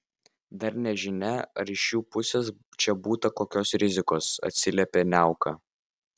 dar nežinia ar iš jų pusės čia būta kokios rizikos atsiliepė niauka